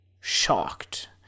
shocked